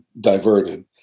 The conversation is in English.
diverted